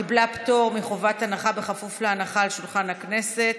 קיבלה פטור מחובת הנחה בכפוף להנחה על שולחן הכנסת.